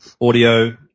audio